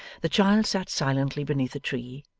the child sat silently beneath a tree,